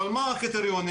אבל מה הם הקריטריונים?